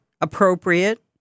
appropriate